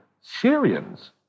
Syrians